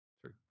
True